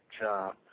job